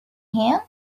him